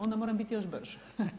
Onda moram biti još brža.